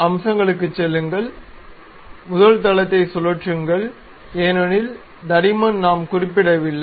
அம்சங்களுக்குச் செல்லுங்கள் முதலாளி தளத்தை சுழற்றுங்கள் ஏனெனில் தடிமன் நாம் குறிப்பிடவில்லை